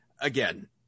again